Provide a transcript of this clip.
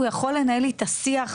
גם לנושא של המניעה,